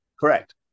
Correct